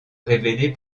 révéler